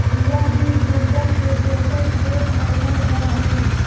chia बीज ऊर्जा के बेहतर स्रोत मानल जा हई